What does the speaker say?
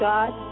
God